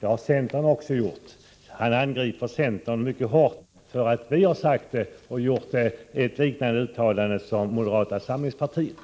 Det har också centern gjort. Han angriper centern mycket hårt för att vi har sagt det och gjort ett uttalande liknande det från moderata samlingspartiet.